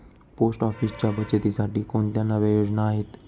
Post ऑफिसच्या बचतीसाठी कोणत्या नव्या योजना आहेत?